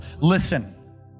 listen